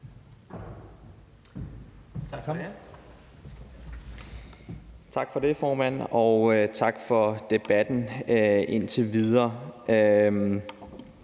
Tak for det, formand, og tak for debatten indtil videre.